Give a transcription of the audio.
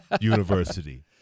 university